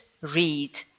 read